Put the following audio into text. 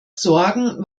sorgen